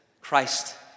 Christ